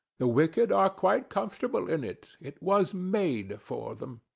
the wicked are quite comfortable in it it was made for them.